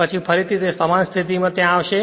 પછી ફરીથી તે સમાન સ્થિતિ માં ત્યાં આવશે